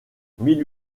mille